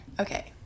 Okay